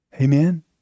Amen